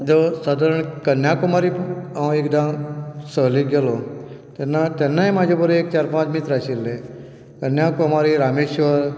सादारण कन्यकुमारीक हांव एकदां सैरेक गेलों तेन्नाय म्हाजे बरोबर एक चार पांच मित्र आशिल्ले कन्याकुमारी रामेश्वर